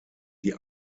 die